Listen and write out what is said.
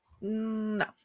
No